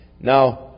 Now